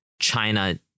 China